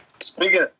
Speaking